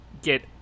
get